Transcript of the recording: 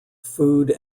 food